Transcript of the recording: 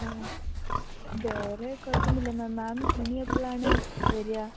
ആ വേറേ കുഴപ്പമൊന്നുമില്ല മാം മാം എനിയെപ്പോഴാണ് വരിക